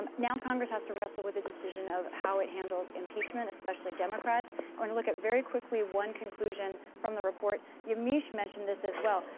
um now congress has to wrestle with the decision of how it handles impeachment, especially democrats. i want to look at very quickly one conclusion from the report. yamiche mentioned this as well.